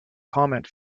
comment